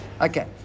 Okay